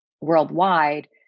worldwide